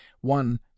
one